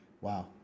wow